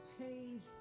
change